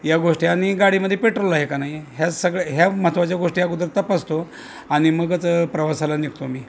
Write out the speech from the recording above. या गोष्टी आणि गाडीमध्ये पेट्रोल आहे का नाही ह्या सगळ्या ह्या महत्त्वाच्या गोष्टी अगोदर तपासतो आणि मगच प्रवासाला निघतो मी